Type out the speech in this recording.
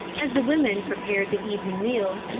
as the women prepared the evening meal,